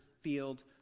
field